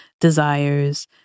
desires